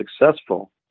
successful